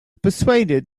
persuaded